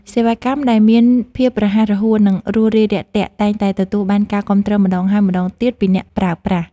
សេវាកម្មដែលមានភាពរហ័សរហួននិងរួសរាយរាក់ទាក់តែងតែទទួលបានការគាំទ្រម្តងហើយម្តងទៀតពីអ្នកប្រើប្រាស់។